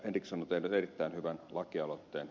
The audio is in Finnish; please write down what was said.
henriksson on tehnyt erittäin hyvän lakialoitteen